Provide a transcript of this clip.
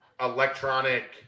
electronic